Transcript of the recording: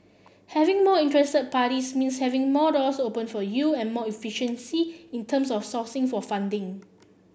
having more interested parties means having more out doors open for you and more efficiency in terms of sourcing for funding